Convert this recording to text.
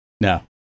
No